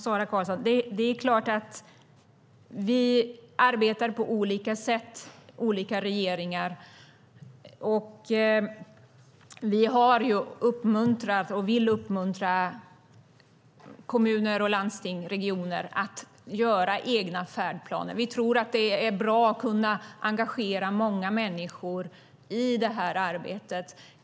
Herr talman! Det är klart att olika regeringar arbetar på olika sätt. Vi vill uppmuntra kommuner, landsting och regioner att göra egna färdplaner. Vi tror att det är bra att kunna engagera många människor i det här arbetet.